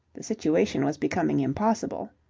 the situation was becoming impossible.